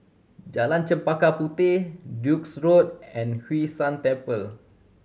Jalan Chempaka Puteh Duke's Road and Hwee San Temple